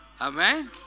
Amen